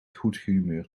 goedgehumeurd